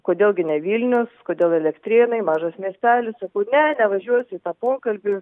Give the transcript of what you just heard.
kodėl gi ne vilnius kodėl elektrėnai mažas miestelis sakau ne nevažiuos į tą pokalbį